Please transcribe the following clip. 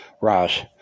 Ross